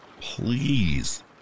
please